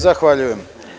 Zahvaljujem.